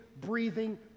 breathing